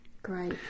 great